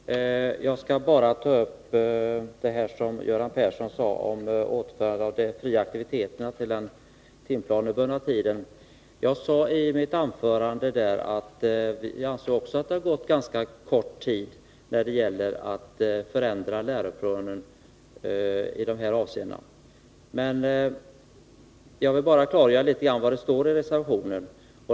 Herr talman! Jag skall bara ta upp det som Göran Persson sade om återförande av de fria aktiviteterna till den timplanebundna tiden. Jag sade i mitt anförande att vi också ansåg att det hade gått ganska kort tid sedan läroplanen förändradesi de här avseendena. Jag vill bara klargöra vad som står i reservationen.